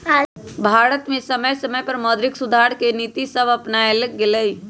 भारत में समय समय पर मौद्रिक सुधार के नीतिसभ अपानाएल गेलइ